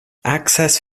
access